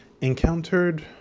encountered